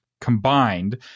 combined